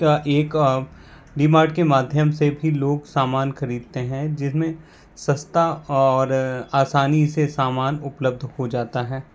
का एक D Mart के माध्यम से भी लोग सामान ख़रीदते हैं जिस में सस्ता और आसानी से सामान उपलब्ध हो जाता है